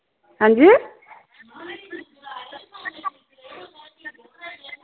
हां जी